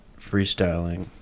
freestyling